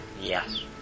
Yes